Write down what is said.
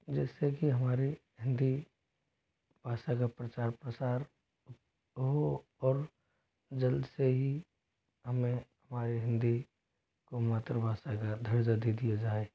जिस से कि हमारी हिंदी भाषा का प्रचार प्रसार हो और जल्द से ही हमें हमारे हिंदी को मातृभाषा का दर्जा दे दिया जाए